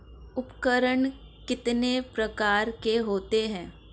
उपकरण कितने प्रकार के होते हैं?